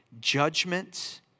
judgment